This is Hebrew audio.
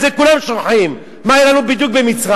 את זה כולם שוכחים, מה בדיוק היה לנו במצרים,